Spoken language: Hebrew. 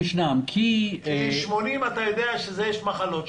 בגיל 80 אתה יודע שיש מחלות.